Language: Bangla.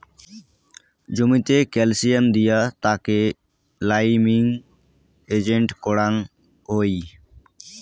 জমিতে ক্যালসিয়াম দিয়া তাকে লাইমিং এজেন্ট করাং হই